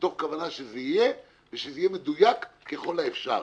מתוך כוונה שזה יהיה, ושזה יהיה מדויק ככל האפשר.